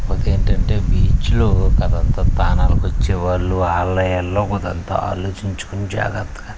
కాకపోతే ఏంటి అంటే బీచ్లో కాస్తంత స్నానాలకి వచ్చేవాళ్ళు వాళ్ళో వీళ్ళో కూసింత ఆలోచించుకునే జాగ్రత్తగా